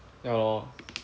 ya lor